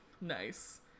Nice